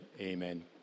amen